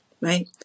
right